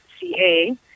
ca